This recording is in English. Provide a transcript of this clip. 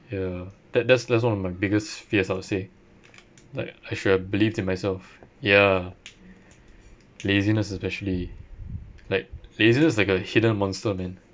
ya that that's that's one of my biggest fears I would say like I should have believed in myself ya laziness especially like laziness is like a hidden monster man